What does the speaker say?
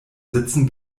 sitzen